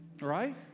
Right